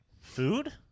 food